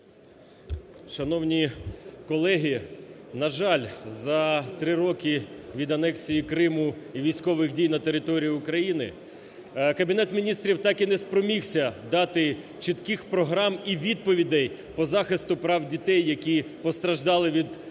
Шановні колеги, на жаль, за 3 роки від анексії Криму і військових дій на території України Кабінет Міністрів так і не спромігся дати чітких програм і відповідей по захисту прав дітей, які постраждали від збройного